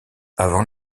avant